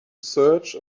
search